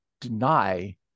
deny